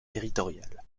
territorial